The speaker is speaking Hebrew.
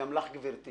וגם לך, גברתי